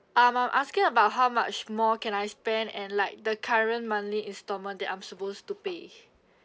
um I'm asking about how much more can I spend and like the current monthly instalment that I'm supposed to pay